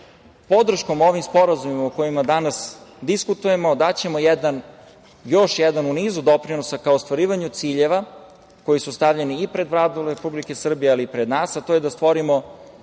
Srbiji. Podrškom ovim sporazumima o kojima danas diskutujemo daćemo još jedan u nizu doprinosa ka ostvarivanju ciljeva koji su stavljeni i pred Vladu Republike Srbije i pre nas, a to je da stvorimo